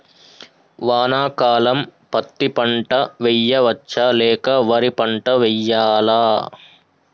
వానాకాలం పత్తి పంట వేయవచ్చ లేక వరి పంట వేయాలా?